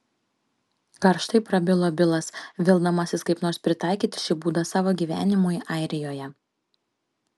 karštai prabilo bilas vildamasis kaip nors pritaikyti šį būdą savo gyvenimui airijoje